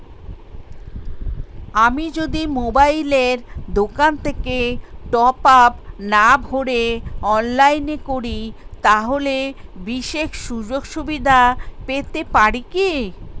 আমি যদি মোবাইলের দোকান থেকে টপআপ না ভরে অনলাইনে করি তাহলে বিশেষ সুযোগসুবিধা পেতে পারি কি?